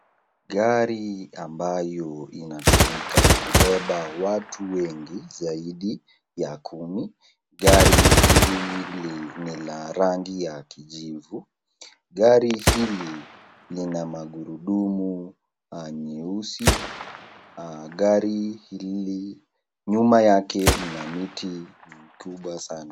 Gari ambayo inatumika kubeba watu wengi zaidi ya kumi. Gari hili ni la rangi ya kijivu. Gari hili lina magurudumu nyeusi. Gari hili nyuma yake mna miti kubwa sana.